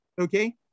okay